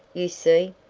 you see.